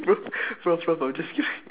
bro bro bro I'm just kidding